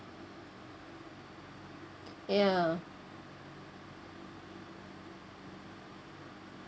ya